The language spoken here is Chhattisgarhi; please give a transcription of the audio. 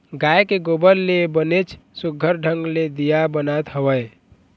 गाय के गोबर ले बनेच सुग्घर ढंग ले दीया बनात हवय